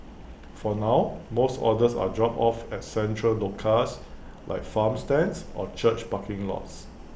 for now most orders are dropped off at central locales like farm stands or church parking lots